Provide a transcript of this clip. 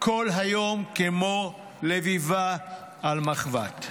כל היום כמו לביבה על מחבת.